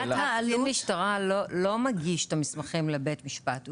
קצין המשטרה לא מגיש את המסמכים לבית המשפט.